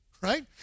Right